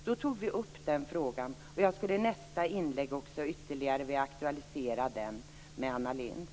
Då tog vi upp denna fråga, och jag skulle i nästa inlägg vilja aktualisera den ytterligare med Anna Lindh.